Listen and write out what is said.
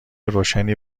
روشنی